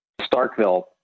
Starkville